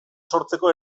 sortzeko